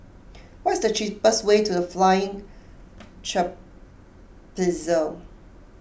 what is the cheapest way to the Flying Trapeze